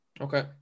Okay